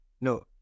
No